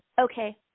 Okay